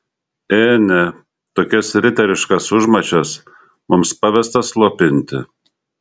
ė ne tokias riteriškas užmačias mums pavesta slopinti